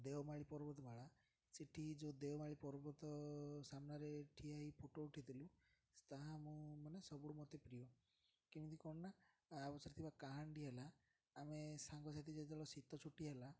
ଦେଓମାଳି ପର୍ବତ ମାଳା ସେଠି ଯେଉଁ ଦେଓମାଳି ପର୍ବତ ସାମ୍ନାରେ ଠିଆ ହେଇ ଫଟୋ ଉଠାଇଥିଲୁ ତାହା ମୁଁ ମାନେ ସବୁଠୁ ମୋତେ ପ୍ରିୟ କେମିତି କ'ଣ ନା ଆଉ ଥିବା କାହାଣୀଟି ହେଲା ଆମେ ସାଙ୍ଗସାଥି ଯେତେବେଳେ ଶୀତ ଛୁଟି ହେଲା